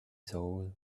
soul